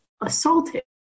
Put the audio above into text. assaulted